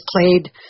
played